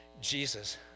Jesus